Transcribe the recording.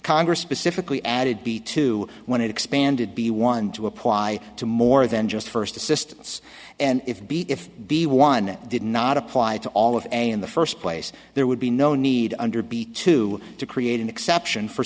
congress specifically added b to when it expanded be one to apply to more than just first assistance and if b if b one did not apply to all of a in the first place there would be no need under b two to create an exception for